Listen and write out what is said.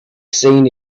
seen